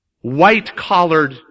white-collared